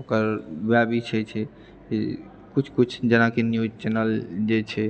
ओकर ओएह विषय छै कि किछु किछु जेनाकि न्यूज़ चैनल जे छै